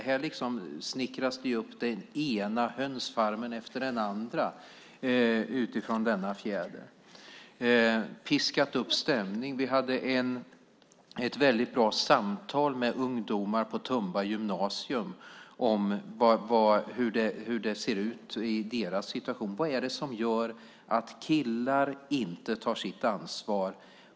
Här snickras det upp den ena hönsfarmen efter den andra av denna fjäder. Piska upp stämning, säger Matilda Ernkrans. Vi hade ett väldigt bra samtal med ungdomar på Tumba gymnasium om hur det ser ut i deras situation. Vad är det som gör att killar inte tar sitt ansvar?